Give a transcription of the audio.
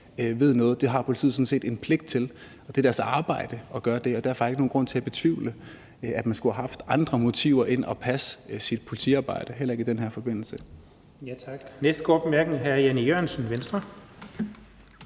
ved noget. Det har politiet sådan set en pligt til, og det er deres arbejde at gøre det. Derfor er der ikke nogen grund til at betvivle, at man skulle have haft andre motiver end at passe sit politiarbejde, heller ikke i den her forbindelse. Kl. 18:51 Den fg. formand (Jens Henrik